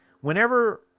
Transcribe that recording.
whenever